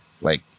like-